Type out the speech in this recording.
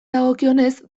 dagokionez